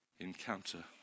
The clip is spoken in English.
encounter